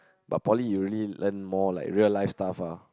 but Poly you really learn more like real life stuff ah